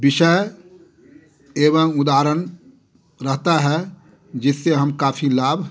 विषय एवम उदाहरण रहता है जिससे हम काफ़ी लाभ